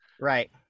Right